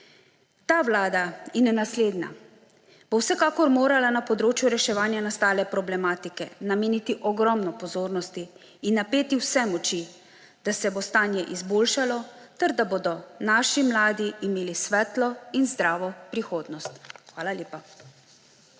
Ta vlada in naslednja bo vsekakor morala na področju reševanja nastale problematike nameniti ogromno pozornosti in napeti vse moči, da se bo stanje izboljšalo ter da bodo naši mladi imeli svetlo in zdravo prihodnost. Hvala lepa.